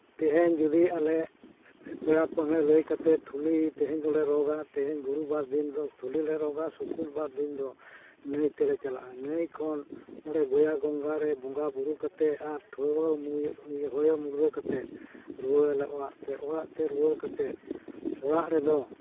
ᱛᱮᱦᱮᱧ ᱡᱩᱫᱤ ᱟᱞᱮ ᱯᱮᱲᱟ ᱯᱟᱹᱦᱲᱟᱹᱜ ᱞᱟᱹᱭ ᱠᱟᱛᱮ ᱛᱷᱩᱞᱤ ᱛᱮᱦᱮᱧ ᱫᱚᱞᱮ ᱨᱚᱜᱟ ᱛᱮᱦᱮᱧ ᱜᱩᱨᱩᱵᱟᱨ ᱫᱤᱱ ᱫᱚ ᱛᱷᱩᱞᱤ ᱞᱮ ᱨᱚᱜᱟ ᱥᱩᱠᱩᱞᱵᱟᱨ ᱫᱤᱱ ᱫᱚ ᱱᱟᱹᱭ ᱛᱮᱞᱮ ᱪᱟᱞᱟᱜᱼᱟ ᱱᱟᱹᱭ ᱠᱷᱚᱱ ᱚᱸᱰᱮ ᱜᱚᱭᱟ ᱜᱚᱝᱜᱟ ᱨᱮ ᱵᱚᱸᱜᱟ ᱵᱚᱸᱜᱟᱼᱵᱳᱨᱳ ᱠᱟᱛᱮ ᱟᱨ ᱴᱷᱚᱲᱚ ᱢᱤᱫ ᱧᱩᱭᱦᱟᱹ ᱢᱩᱰᱨᱟᱹ ᱠᱟᱛᱮ ᱨᱩᱣᱟᱹᱲ ᱟᱞᱮ ᱚᱲᱟᱜ ᱛᱮ ᱚᱲᱟᱜᱛᱮ ᱨᱩᱣᱹᱲ ᱠᱟᱛᱮ ᱚᱲᱟᱜ ᱨᱮᱫᱚ